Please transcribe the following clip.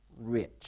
rich